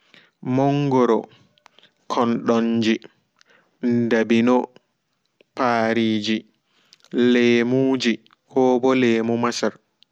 Mongoro kondonje ndaɓino paarije leemugo koɓo leemu masar